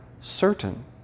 certain